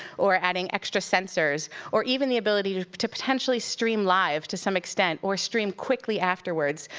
or adding extra sensors, or even the ability to to potentially stream live to some extent, or stream quickly afterwards,